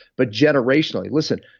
but generational listen.